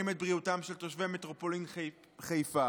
את בריאותם של תושבי מטרופולין חיפה.